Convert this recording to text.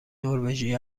نروژی